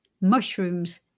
mushrooms